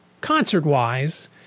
concert-wise